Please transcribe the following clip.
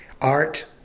art